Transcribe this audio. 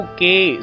Okay